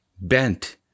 bent